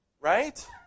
Right